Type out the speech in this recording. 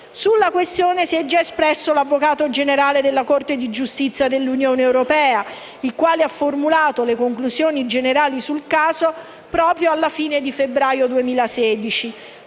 alla questione si è già espresso l'Avvocato generale della Corte di giustizia dell'Unione europea, il quale ha formulato le conclusioni generali sul caso proprio alla fine del mese di febbraio 2016.